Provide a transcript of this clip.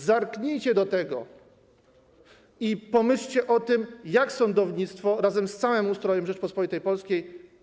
Zerknijcie do tego i pomyślcie o tym, jak naprawić sądownictwo razem z całym ustrojem Rzeczypospolitej Polskiej.